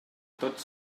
tot